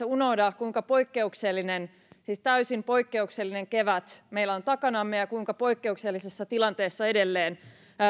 unohda kuinka poikkeuksellinen siis täysin poikkeuksellinen kevät meillä on takanamme ja kuinka poikkeuksellisessa tilanteessa